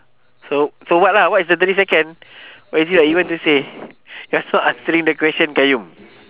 so so what lah what is the thirty second what is it that you want to say you're not answering the question qayyum